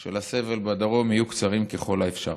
של הסבל בדרום, יהיו קצרים ככל האפשר.